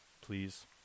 please